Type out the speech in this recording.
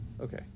Okay